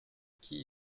qui